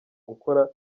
gukora